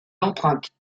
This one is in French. l’empreinte